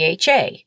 DHA